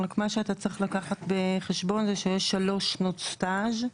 רק מה שאתה צריך לקחת בחשבון זה שיש שלוש שנות סטאז'.